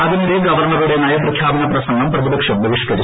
അതിനിടെ ഗവർണറുടെ നയപ്രഖ്യാപന പ്രസംഗം പ്രതിപക്ഷം ബഹിഷ് കരിച്ചു